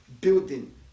building